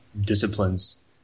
disciplines